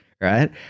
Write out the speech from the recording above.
Right